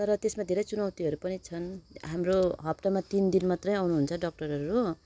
तर त्यसमा धेरै चुनौतीहरू पनि छन् हाम्रो हप्तामा तिन दिन मात्रै आउनुहुन्छ डक्टरहरू हो